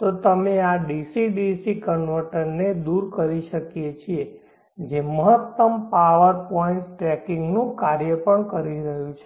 તો અમે આ ડીસી ડીસી કન્વર્ટરને દૂર કરી શકીએ છીએ જે મહત્તમ પાવર પોઇન્ટ ટ્રેકિંગનું કાર્ય પણ કરી રહ્યું છે